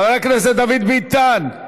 חבר הכנסת דוד ביטן,